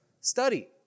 Study